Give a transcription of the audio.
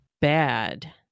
bad